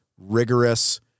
rigorous